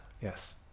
Yes